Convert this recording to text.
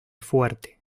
fuerte